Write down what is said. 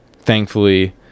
thankfully